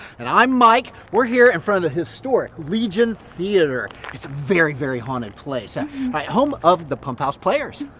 and i'm mike, we're here in and front of the historic. legion theatre. it's a very very haunted place. and home of the pumphouse players.